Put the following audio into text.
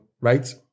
Right